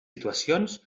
situacions